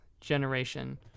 generation